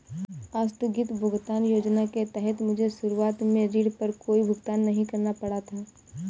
आस्थगित भुगतान योजना के तहत मुझे शुरुआत में ऋण पर कोई भुगतान नहीं करना पड़ा था